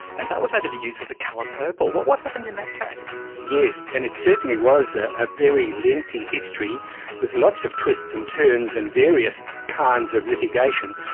and that was like over the use of the colour purple what what happened in that case. yes, and it certainly was a very lengthy history with lots of twists and turns and various kinds of litigation,